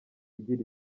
igira